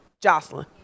Jocelyn